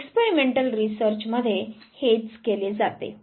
experimental research मध्ये हेच केले जाते